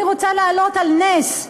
אני רוצה להעלות על נס,